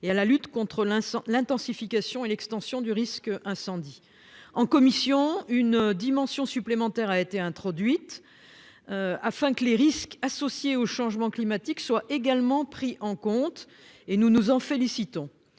qu'à la lutte contre l'intensification et l'extension du risque incendie. En commission spéciale, une dimension supplémentaire a été introduite afin que les risques associés au changement climatique soient également pris en compte, ce dont nous nous félicitons.